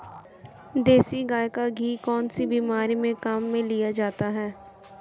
देसी गाय का घी कौनसी बीमारी में काम में लिया जाता है?